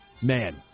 Man